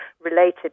related